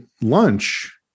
lunch